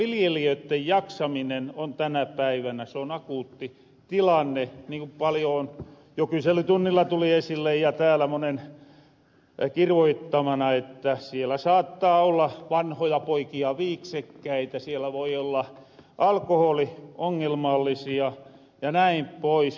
nimittäin kyllähän vilijelijöitten jaksaminen tänä päivänä on akuutti tilanne niin ku paljo jo kyselytunnilla tuli esille ja täällä monen kirvoittamana että siellä saattaa olla vanhojapoikia viiksekkäitä siellä voi olla alkoholiongelmallisia jnp